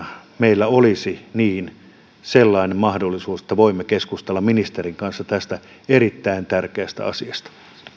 meillä olisi sellainen mahdollisuus että voimme keskustalla ministerin kanssa tästä erittäin tärkeästä asiasta